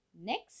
Next